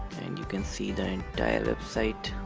and you can see the entire website